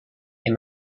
est